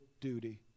duty